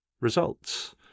results